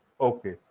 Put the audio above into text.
Okay